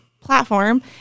platform